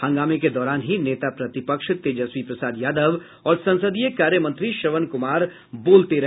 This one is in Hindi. हंगामे के दौरान ही नेता प्रतिपक्ष तेजस्वी प्रसाद यादव और संसदीय कार्य मंत्री श्रवण कुमार बोलते रहे